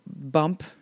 bump